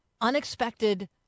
Unexpected